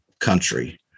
country